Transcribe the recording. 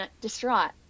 distraught